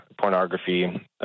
pornography